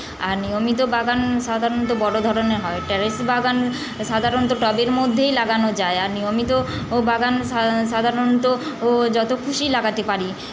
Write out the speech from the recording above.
নিয়মিত বাগান সাধারণত বড়ো ধরনের হয় টেরেস বাগান সাধারণত টবের মধ্যেই লাগানো যায় আর নিয়মিত ও বাগান সা সাধারণত ও যতো খুশিই লাগাতে পারি